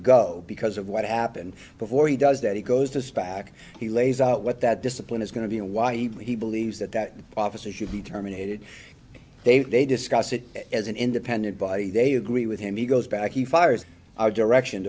go because of what happened before he does that he goes this back he lays out what that discipline is going to be and why even he believes that that officer should be terminated they discuss it as an independent body they agree with him he goes back he fires our direction